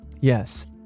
Yes